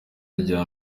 rya